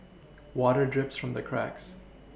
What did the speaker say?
water drips from the cracks